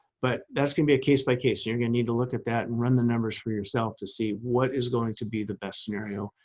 but that's gonna be a case by case you're gonna need to look at that and run the numbers for yourself to see what is going to be the best scenario.